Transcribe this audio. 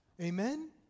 Amen